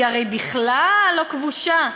היא הרי בכלל לא כבושה.